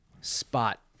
spot